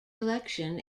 election